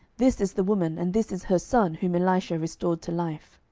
this is the woman, and this is her son, whom elisha restored to life.